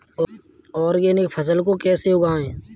Organic फसल को कैसे उगाएँ?